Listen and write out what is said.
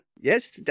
Yes